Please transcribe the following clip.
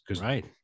Right